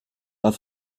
pas